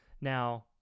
Now